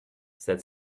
said